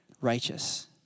righteous